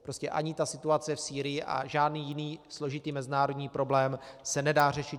Prostě ani ta situace v Sýrii a žádný jiný složitý mezinárodní problém se nedá řešit .